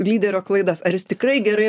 lyderio klaidas ar jis tikrai gerai